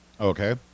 Okay